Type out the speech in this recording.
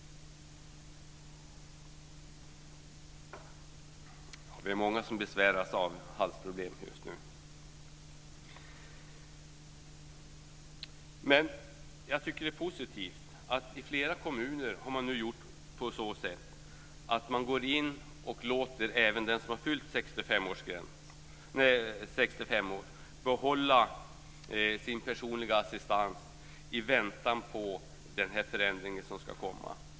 Jag tycker att det är positivt att man i flera kommuner har gjort på så sätt att man går in och låter även den som har fyllt 65 år behålla sin personliga assistans i väntan på den förändring som ska komma.